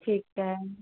ਠੀਕ ਹੈ